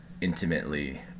intimately